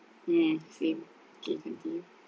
mm same kay continue